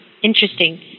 Interesting